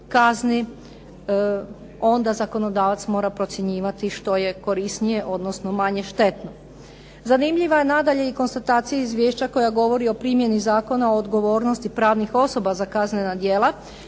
onda zakonodavac mora procjenjivati što je korisnije odnosno manje štetno. Zanimljiva je nadalje konstatacija izvješća koja govori o primjeni Zakona o odgovornosti pravnih osoba za kaznena djela